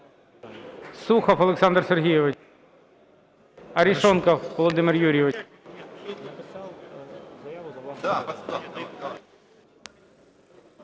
Сухов Олександр Сергійович. Арешонков Володимир Юрійович.